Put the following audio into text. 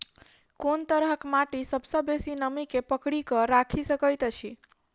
कोन तरहक माटि सबसँ बेसी नमी केँ पकड़ि केँ राखि सकैत अछि?